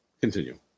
continue